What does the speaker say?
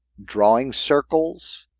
drawing circles,